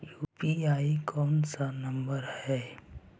UPI कोन सा number हैं?